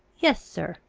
yes, sir.